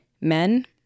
Men